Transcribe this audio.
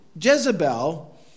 Jezebel